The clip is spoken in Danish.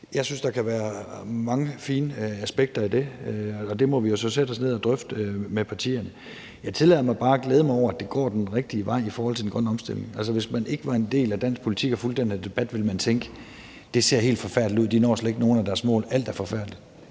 Jeg synes, der kan være mange fine aspekter af det, og det må vi så sætte os ned og drøfte med partierne. Jeg tillader mig bare at glæde mig over, at det går den rigtige vej i forhold til den grønne omstilling. Altså, hvis man ikke var en del af dansk politik og fulgte den her debat, ville man tænke: Det ser helt forfærdeligt ud; de når slet ikke nogen af deres mål; alt er forfærdeligt.